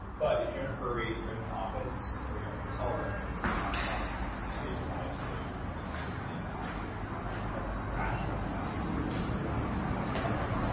but if you're in a hurry, you're in an office or you're in a hotel room, the coffee pots can save your life so you're drinking the clean coffee. it doesn't kind of cause the crash that can happen from drinking a lot of the coffee that's out there.